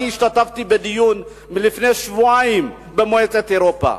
אני השתתפתי לפני שבועיים בדיון במועצת אירופה.